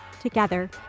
together